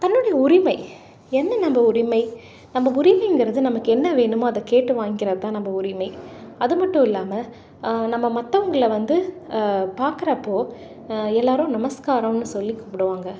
தன்னுடைய உரிமை என்ன நம்ம உரிமை நம்ம உரிமைங்கிறது நமக்கு என்ன வேணுமோ அதை கேட்டு வாங்கிக்கிறதுதான் நம்ம உரிமை அது மட்டும் இல்லாமல் நம்ம மற்றவுங்கள வந்து பார்க்குறப்போ எல்லாேரும் நமஸ்காரன்னு சொல்லி கூப்பிடுவாங்க